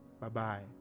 Bye-bye